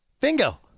Bingo